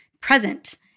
present